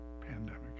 pandemic